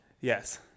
Yes